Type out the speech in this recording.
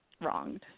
wronged